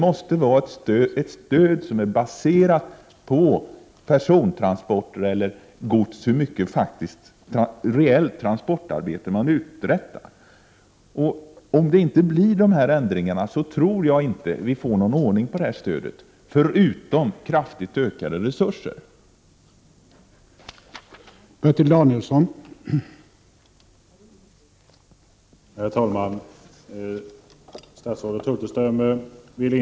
Stödet måste baseras på hur mycket reellt transportarbete man uträttar. Om dessa ändringar inte kommer till stånd tror jag inte att vi kan få ordning på stödet — förutom kraftigt ökad resurstilldelning.